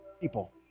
people